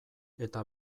eta